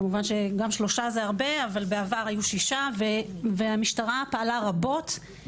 כמובן שגם שלושה זה הרבה אבל בעבר היו שישה והמשטרה פעלה רבות.